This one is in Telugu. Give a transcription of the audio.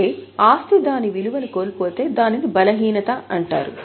అంటే ఆస్తి దాని విలువను కోల్పోతే దానిని బలహీనత అంటారు